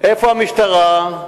איפה המשטרה?